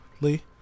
Lee